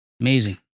Amazing